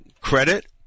credit